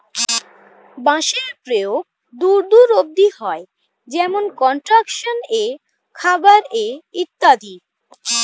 বাঁশের প্রয়োগ দূর দূর অব্দি হয়, যেমন কনস্ট্রাকশন এ, খাবার এ ইত্যাদি